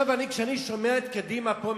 כשאני שומע את קדימה פה,